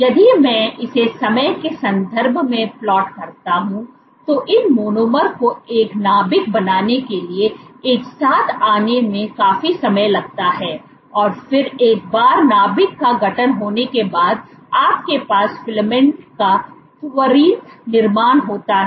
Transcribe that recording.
यदि मैं इसे समय के संदर्भ में प्लॉट करता तो इन मोनोमर को एक नाभिक बनाने के लिए एक साथ आने में काफी समय लगता है और फिर एक बार नाभिक का गठन होने के बाद आपके पास फिलामेंट का त्वरित निर्माण होता है